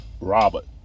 Robert